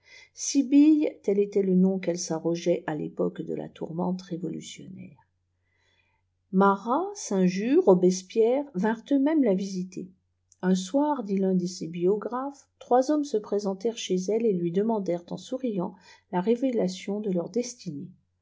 sibylle tel était le nom qu'elle s arrogeait à tépoque de la tourmente révolutionnaire marat saint-just robespierre vinrent eux-mêmes la visiter un soir dit tun de ses biographes trois hommes se présentèrent chez elle et lui demandèrent en souriant la révélation de leurs destitues